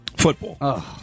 Football